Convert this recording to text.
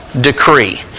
decree